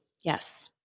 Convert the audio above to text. Yes